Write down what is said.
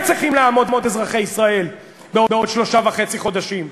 צריכים לעמוד אזרחי ישראל בעוד שלושה וחצי חודשים.